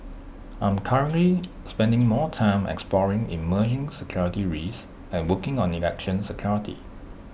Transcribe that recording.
I'm currently spending more time exploring emerging security risks and working on election security